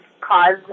cause